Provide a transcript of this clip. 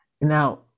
Now